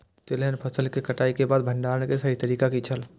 तेलहन फसल के कटाई के बाद भंडारण के सही तरीका की छल?